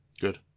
Good